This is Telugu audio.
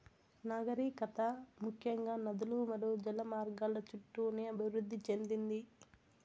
నాగరికత ముఖ్యంగా నదులు మరియు జల మార్గాల చుట్టూనే అభివృద్ది చెందింది